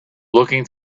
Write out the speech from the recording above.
looking